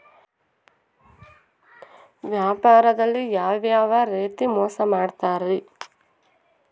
ವ್ಯಾಪಾರದಲ್ಲಿ ಯಾವ್ಯಾವ ರೇತಿ ಮೋಸ ಮಾಡ್ತಾರ್ರಿ?